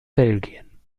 belgien